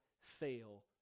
fail